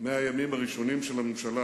ב-100 הימים הראשונים של הממשלה